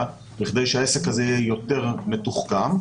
בכדי שהעסק הזה יהיה יותר מתוחכם,